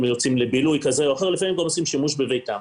יוצאים לבילוי כזה או אחר ולפעמים עושים שימוש גם בביתם.